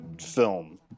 film